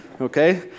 okay